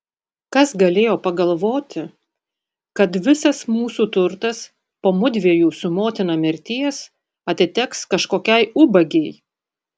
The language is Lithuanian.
kas galėjo pagalvoti kad visas mūsų turtas po mudviejų su motina mirties atiteks kažkokiai ubagei